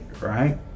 Right